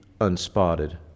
unspotted